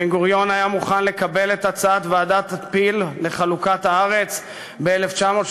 בן-גוריון היה מוכן לקבל את הצעת ועדת פיל לחלוקת הארץ ב-1937,